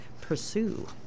pursue